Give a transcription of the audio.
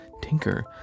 tinker